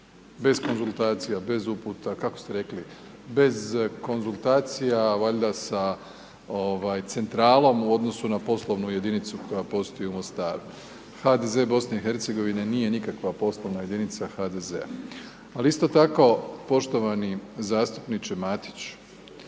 Bez konzultacija, bez uputa kako ste rekli, bez konzultacija valjda sa centralom u odnosu na poslovnu jedinicu koja postoji u Mostaru. HDZ BiH-a nije nikakva poslovna jedinica HDZ-a ali isto tako poštovani zastupniče Matić,